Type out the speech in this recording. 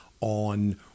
on